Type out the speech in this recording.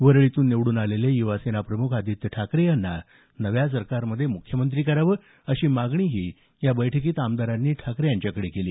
वरळीतून निवडून आलेले युवासेनाप्रमुख आदित्य ठाकरे यांना नव्या सरकारमध्ये मुख्यमंत्री करावं अशी मागणीही या बैठकीत आमदारांनी ठाकरे यांच्याकडे केली